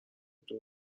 دور